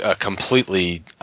completely